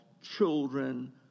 children